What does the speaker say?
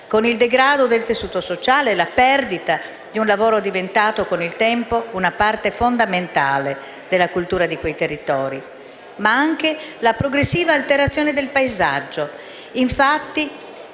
con il degrado del tessuto sociale e la perdita di un lavoro diventato con il tempo una parte fondamentale della cultura di quei territori, ma anche con la progressiva alterazione del paesaggio.